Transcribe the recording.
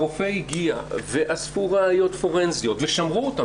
הרופא הגיע ואספו ראיות פורנזיות ושמרו אותן,